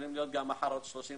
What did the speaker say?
יכולים להיות מחר עוד 30,000,